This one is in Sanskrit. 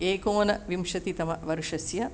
एकोनविंशतितमवर्षस्य